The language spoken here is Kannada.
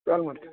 ಕಾಲ್ ಮಾಡ್ತೀನಿ